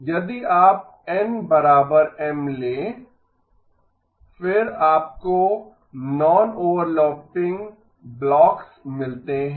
यदि आप N M ले फिर आपको नॉन ओवरलैपिंग ब्लॉक्स मिलते हैं